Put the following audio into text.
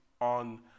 on